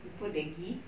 you put the ghee